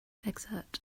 excerpt